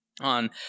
On